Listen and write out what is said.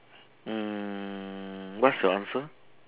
mm what's your answer